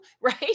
right